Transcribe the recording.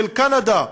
של קנדה,